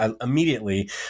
Immediately